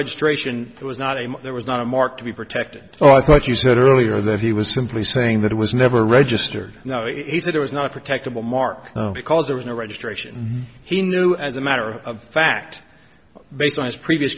registration it was not a there was not a mark to be protected so i thought you said earlier that he was simply saying that it was never registered now is that it was not protected will mark because there was no registration he knew as a matter of fact based on his previous